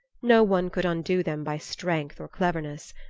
no one could undo them by strength or cleverness.